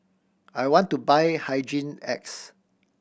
I want to buy Hygin X